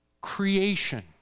creation